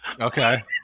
Okay